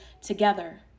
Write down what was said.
together